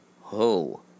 Ho